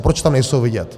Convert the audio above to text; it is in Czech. Proč tam nejsou vidět?